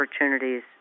opportunities